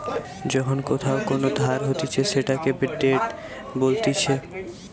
যখন কোথাও কোন ধার হতিছে সেটাকে ডেট বলতিছে